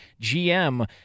GM